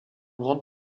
grande